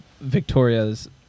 Victoria's